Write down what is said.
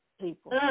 people